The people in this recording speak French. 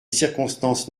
circonstances